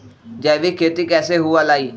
जैविक खेती कैसे हुआ लाई?